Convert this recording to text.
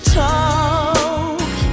talk